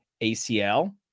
acl